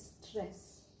stress